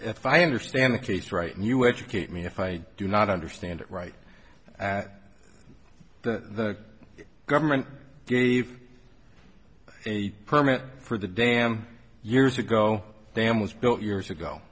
if i understand the case right you educate me if i do not understand it right that the government gave a permit for the dam years ago dam was built years ago